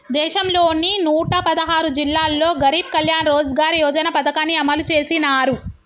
దేశంలోని నూట పదహారు జిల్లాల్లో గరీబ్ కళ్యాణ్ రోజ్గార్ యోజన పథకాన్ని అమలు చేసినారు